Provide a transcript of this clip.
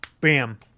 bam